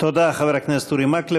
חבר הכנסת אורי מקלב.